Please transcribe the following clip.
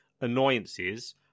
annoyances